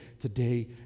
today